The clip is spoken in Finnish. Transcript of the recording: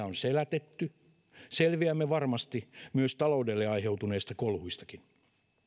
on selätetty selviämme varmasti myös taloudelle aiheutuneista kolhuistakin